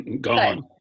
gone